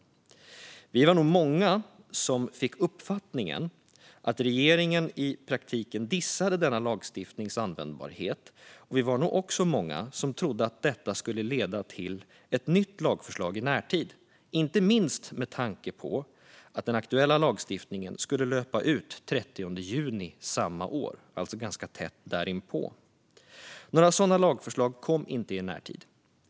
Vi var nog många som fick uppfattningen att regeringen i praktiken dissade denna lagstiftnings användbarhet. Vi var nog också många som trodde att detta skulle leda till ett nytt lagförslag i närtid - inte minst med tanke på att den aktuella lagstiftningen skulle löpa ut den 30 juni samma år, alltså ganska tätt där inpå. Gransknings-betänkande våren 2021Regeringens hantering av coronapandemin Några sådana lagförslag kom inte i närtid.